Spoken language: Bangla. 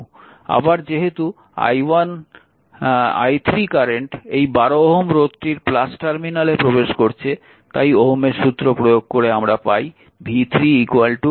আবার যেহেতু i3 কারেন্ট এই 12 ওহম রোধটির টার্মিনালে প্রবেশ করছে তাই ওহমের সূত্র প্রয়োগ করে আমরা পাই v3 12 i3